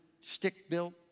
stick-built